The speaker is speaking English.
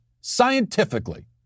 scientifically